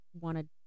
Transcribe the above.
wanted